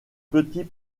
petits